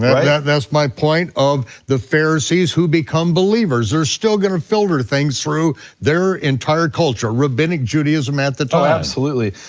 right? yeah that's my point of the pharisees who become believers, they're still gonna filter things through their entire culture, rabbinic judaism at the time. oh, absolutely.